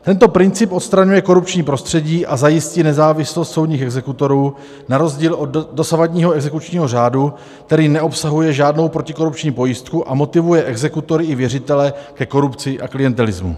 Tento princip odstraňuje korupční prostředí a zajistí nezávislost soudních exekutorů na rozdíl od dosavadního exekučního řádu, který neobsahuje žádnou protikorupční pojistku a motivuje exekutory i věřitele ke korupci a klientelismu.